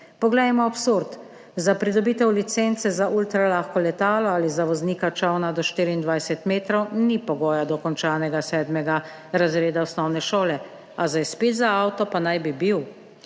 Poglejmo absurd – za pridobitev licence za ultralahko letalo ali za voznika čolna do 24 metrov ni pogoj dokončani sedmi razred osnovne šole, za izpit za avto pa naj bi bil?